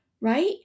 right